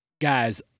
guys